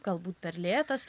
galbūt per lėtas